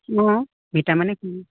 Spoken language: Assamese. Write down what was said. অঁ ভিটামিনে কি